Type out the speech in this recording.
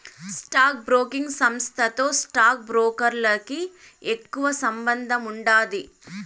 stock broking సంస్థతో stock బ్రోకర్లకి ఎక్కువ సంబందముండాది